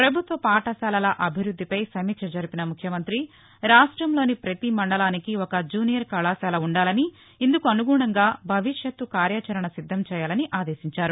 ప్రభుత్వ పాఠశాలల అభివృద్దిపై సమీక్ష జరిపిన ముఖ్యమంత్రిరాష్టంలోని పతి మండలానికి ఒక జూనియర్ కళాశాల ఉండాలని ఇందుకు అనుగుణంగా భవిష్యత్తు కార్యాచరణ సిద్దంచేయాలని ఆదేశించారు